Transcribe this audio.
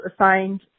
assigned –